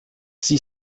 sie